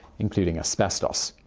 including asbestos.